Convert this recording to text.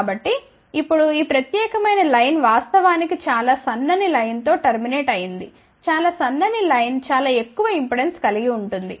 కాబట్టి ఇప్పుడు ఈ ప్రత్యేకమైన లైన్ వాస్తవానికి చాలా సన్నని లైన్ తో టర్మినేట్ అయింది చాలా సన్నని లైన్ చాలా ఎక్కువ ఇంపెడెన్స్ కలిగి ఉంటుంది